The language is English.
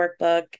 workbook